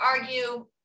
argue